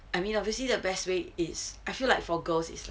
I mean obviously the best way is I feel like for girls is like